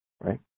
right